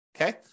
okay